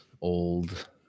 old